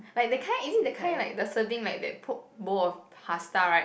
like the kind is it the kind like the serving like they poke bowl of pasta right